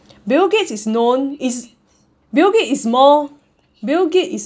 bill gates is known is bill gates is more bill gates